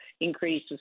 increases